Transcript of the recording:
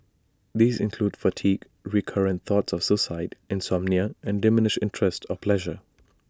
these include fatigue recurrent thoughts of suicide insomnia and diminished interest or pleasure